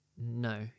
No